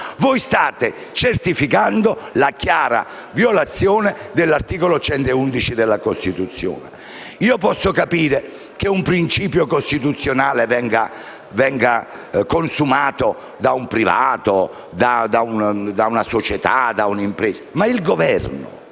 State certificando la chiara violazione dell'articolo 111 della Costituzione. Io posso capire che un principio costituzionale venga consumato da un privato, da una società, da un'impresa, ma non